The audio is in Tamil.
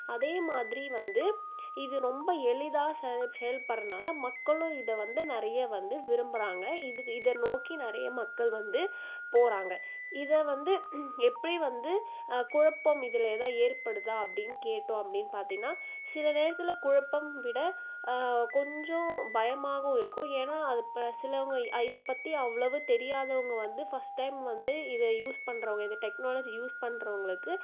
அதே மாதிரி வந்து இது ரொம்ப எளிதாக செ செயல்பட்றனால் மக்களும் இதை வந்து நிறைய வந்து விரும்புறாங்கள் இதுக்கு இதை நோக்கி நிறைய மக்கள் வந்து போறாங்கள் இதை வந்து எப்படி வந்து குழப்பம் இதில் எதாது ஏற்படுதா அப்படின்னு கேட்டோம் அப்படின்னு பார்த்தீங்கன்னா சில நேரத்தில் குழப்பம் விட கொஞ்சம் பயமாகவும் இருக்கும் ஏன்னால் அது பல சிலவங்க இதைப் பற்றி அவ்வளவு தெரியாதவங்கள் வந்து ஃபஸ்ட் டைம் வந்து இதை யூஸ் பண்றவக இந்த டெக்னாலஜி யூஸ் பண்கிறவங்களுக்கு